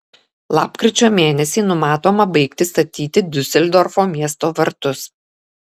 lapkričio mėnesį numatoma baigti statyti diuseldorfo miesto vartus